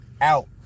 out